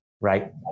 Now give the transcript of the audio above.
Right